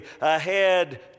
ahead